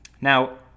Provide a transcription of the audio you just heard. Now